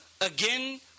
again